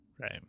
Right